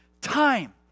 Time